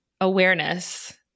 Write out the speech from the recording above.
awareness